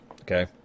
okay